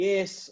Yes